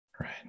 right